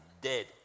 dead